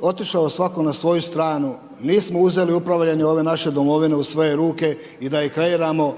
otišao svako na svoju stranu, nismo uzeli upravljanje ove naše domovine i svoje ruke i da ju kreiramo